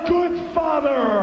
Goodfather